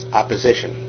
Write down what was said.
opposition